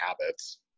habits